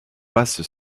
basse